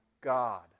God